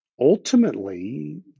ultimately